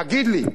תגיד לי.